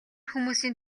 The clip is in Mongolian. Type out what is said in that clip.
хүмүүсийн